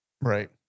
right